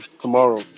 Tomorrow